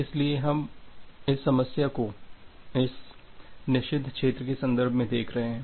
इसलिए हम इस समस्या को इस निषिद्ध क्षेत्र के संदर्भ में देख रहे हैं